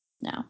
No